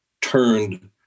turned